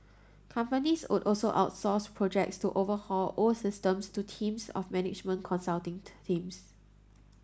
companies would also outsource projects to overhaul old systems to teams of management consulting teams